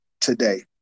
today